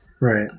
Right